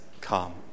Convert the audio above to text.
come